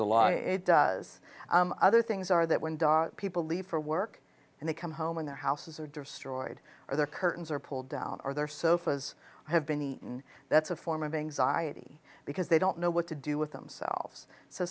the law it does other things are that when people leave for work and they come home in their houses are destroyed or their curtains are pulled down or their sofas have been eaten that's a form of anxiety because they don't know what to do with themselves so